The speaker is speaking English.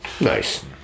Nice